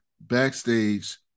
backstage